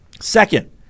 Second